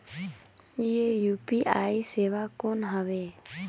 ये यू.पी.आई सेवा कौन हवे?